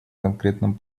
конкретном